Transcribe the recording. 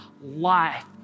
life